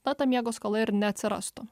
na ta miego skola ir neatsirastų